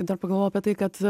dar pagalvojau apie tai kad